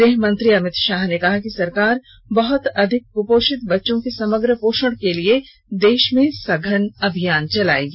गृहमंत्री अमित शाह ने कहा कि सरकार बहुत अधिक कुपोषित बच्चों के समग्र पोषण के लिए देश में सघन अभियान चलाएगी